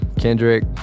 Kendrick